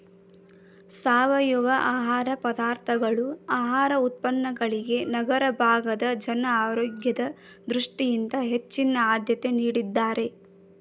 ಸಾವಯವ ಆಹಾರ ಪದಾರ್ಥಗಳು ಆಹಾರ ಉತ್ಪನ್ನಗಳಿಗೆ ನಗರ ಭಾಗದ ಜನ ಆರೋಗ್ಯದ ದೃಷ್ಟಿಯಿಂದ ಹೆಚ್ಚಿನ ಆದ್ಯತೆ ನೀಡಿದ್ದಾರೆ